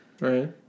Right